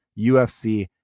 UFC